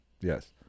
yes